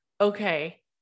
okay